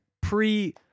pre